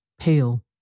pale